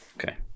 Okay